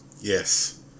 Yes